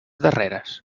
darreres